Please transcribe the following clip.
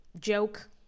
joke